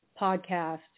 podcast